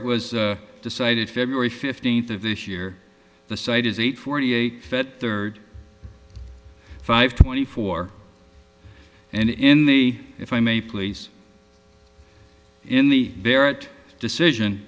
it was decided february fifteenth of this year the site is eight forty eight third five twenty four and in the if i may please in the barrett decision